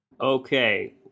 Okay